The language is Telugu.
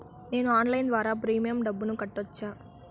నేను ఆన్లైన్ ద్వారా ప్రీమియం డబ్బును కట్టొచ్చా?